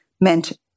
meant